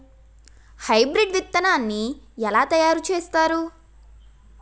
Hybrid విత్తనాన్ని ఏలా తయారు చేస్తారు?